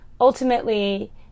Ultimately